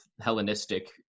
Hellenistic